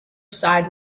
side